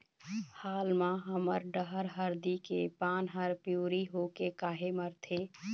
हाल मा हमर डहर हरदी के पान हर पिवरी होके काहे मरथे?